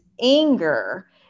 anger